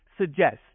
suggest